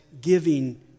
giving